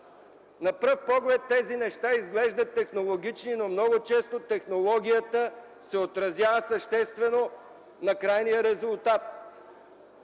На пръв поглед тези неща изглеждат технологични, но много често технологията се отразява съществено на крайния резултат.